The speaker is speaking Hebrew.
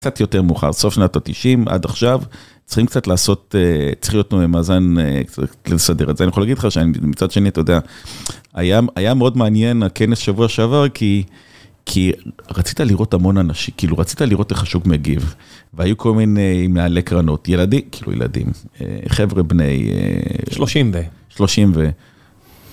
קצת יותר מאוחר סוף שנת ה-90 עד עכשיו צריכים קצת לעשות צריכים להיות ממאזן קצת לסדר את זה אני יכול להגיד לך שאני מצד שני אתה יודע היה מאוד מעניין הכנס שבוע שעבר כי כי רצית לראות המון אנשים כאילו רצית לראות איך השוק מגיב והיו כל מיני מנהלי קרנות ילדים, כאילו ילדים, חבר'ה בני שלושים ו...